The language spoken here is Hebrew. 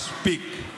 מספיק.